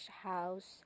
house